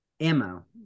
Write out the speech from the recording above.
ammo